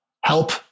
help